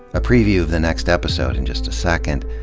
a preview of the next episode in just a second.